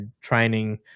training